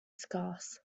scarce